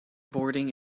boarding